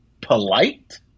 polite